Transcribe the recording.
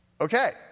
Okay